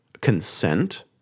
consent